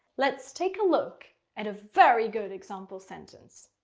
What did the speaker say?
let's take a look at a very good example sentence.